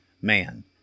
man